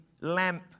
lamp